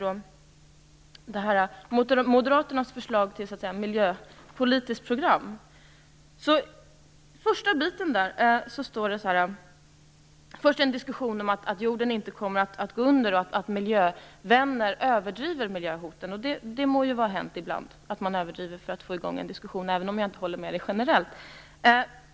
I Moderaternas förslag till miljöpolitiskt program finns först en diskussion om att jorden inte kommer att gå under och att miljövänner ofta överdriver miljöhoten, och det må vara hänt ibland att man överdriver för att få i gång en diskussion, även om jag inte håller med Göte Jonsson generellt.